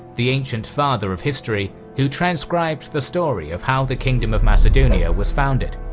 the ancient father of history, who transcribed the story of how the kingdom of macedonia was founded.